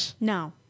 No